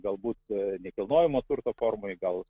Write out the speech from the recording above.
galbūt nekilnojamo turto formoj gal